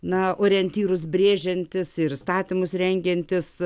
na orientyrus brėžiantys ir statymus rengiantys